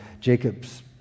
Jacob's